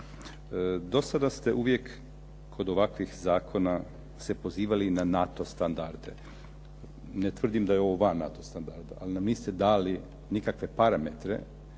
Do sada ste uvijek kod ovakvih zakona se pozivali na NATO standarde. Ne tvrdim da je ovo van NATO standarda ali nam niste dali nikakve parametre